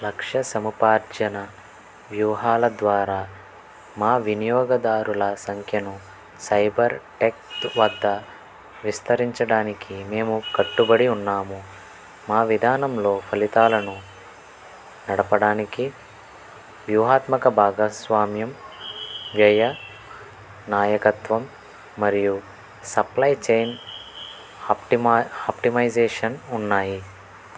లక్ష్య సమపార్జన వ్యూహాల ద్వారా మా వినియోగదారుల సంఖ్యను సైబర్టెక్ వద్ద విస్తరించడానికి మేము కట్టుబడి ఉన్నాము మా విధానంలో ఫలితాలను నడపడానికి వ్యూహాత్మక భాగస్వామ్యం వ్యయ నాయకత్వం మరియు సప్లయ్ చైన్ ఆప్టిమ ఆప్టిమైజేషన్ ఉన్నాయి